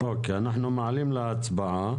לא יכול להיות פתאום,